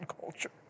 culture